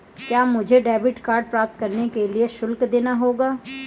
क्या मुझे debit card प्राप्त करने के लिए शुल्क देना होगा?